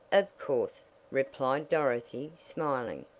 of course, replied dorothy, smiling.